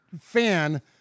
Fan